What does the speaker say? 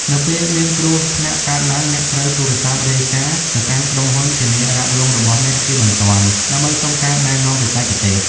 នៅពេលមានគ្រោះថ្នាក់កើតឡើង អ្នកត្រូវ ទូរស័ព្ទរាយការណ៍ ទៅកាន់ក្រុមហ៊ុនធានារ៉ាប់រងរបស់អ្នកជាបន្ទាន់ ដើម្បីសុំការណែនាំបច្ចេកទេស។